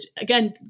again